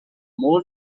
more